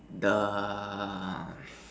the